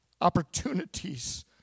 opportunities